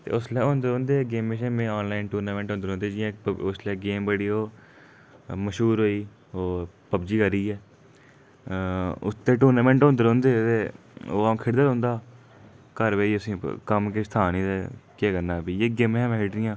ते उसलै होंदे रौंहदे है गेमें शेमें च आनलाइन टूर्नामेंट होंदे रौंहदे जियां उसलै गेम बड़ी ओह् मश्हूर होई ओह् पब्जी आहली गै उसदे टूर्नामेट होंदे रौंह्दे हे ते ओह् आंऊ खेढदा रौंहदा हा घर बेहियै उसी कम्म ते किश था नेईं ते केह् करना फ्ही इ'यै गेमा खेढनियां